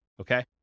Okay